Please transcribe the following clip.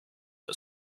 but